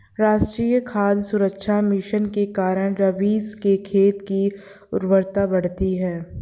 राष्ट्रीय खाद्य सुरक्षा मिशन के कारण रवीश के खेत की उर्वरता बढ़ी है